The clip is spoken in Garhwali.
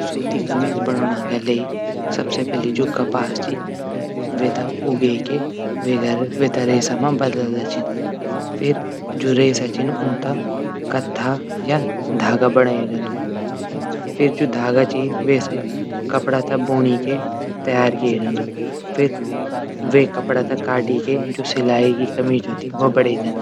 सूती कमीज बणौणा तले सबसे पैली जू कपास च वेथे उगै की वेथे रेशा बदलदा छन फिर जू. रेशा छन ऊंथै कथा य धागा बणै ज्यांदू फिर जू धागा छन वेसे कपडा थै बूणी तै तैयार किए जांदू। फिर वे कपडा तै काटी की सिलाई जू कमीज हूंदी बणे जांदी